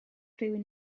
rhywun